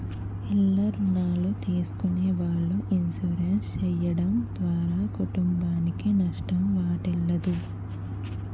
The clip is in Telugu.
ఇల్ల రుణాలు తీసుకునే వాళ్ళు ఇన్సూరెన్స్ చేయడం ద్వారా కుటుంబానికి నష్టం వాటిల్లదు